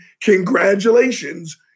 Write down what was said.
congratulations